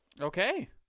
Okay